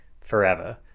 forever